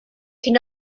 can